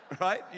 right